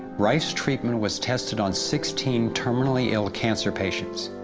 rife's treatment was tested on sixteen terminally ill cancer patients.